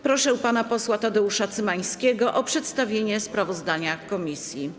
Proszę pana posła Tadeusza Cymańskiego o przedstawienie sprawozdania komisji.